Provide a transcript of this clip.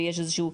ויש איזשהו,